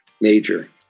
major